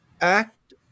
act